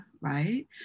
right